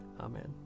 Amen